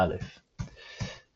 ℵ \displaystyle \aleph .